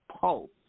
pulse